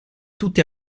tutti